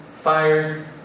fire